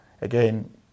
again